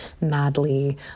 madly